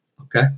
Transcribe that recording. Okay